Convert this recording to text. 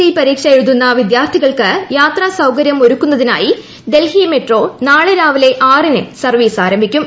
C പരീക്ഷ എഴുതുന്ന വിദ്യാർത്ഥികൾക്ക് യാത്രാസൌകരൃം ഒരുക്കുന്നതിനായി ഡൽഹി മെട്രോ സർവീസുകൾ നാളെ രാവിലെ ആറിന് സർവീസ് ആരംഭിക്കും